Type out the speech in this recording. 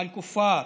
בבקשה.